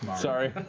sorry.